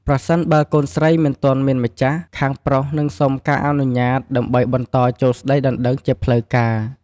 ប្រសិនបើកូនស្រីមិនទាន់មានម្ចាស់ ខាងប្រុសនឹងសុំការអនុញ្ញាតដើម្បីបន្តចូលស្តីដណ្តឹងជាផ្លូវការ។